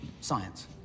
Science